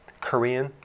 Korean